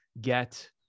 get